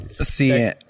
See